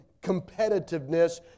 competitiveness